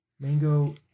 mango